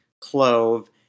Clove